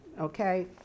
okay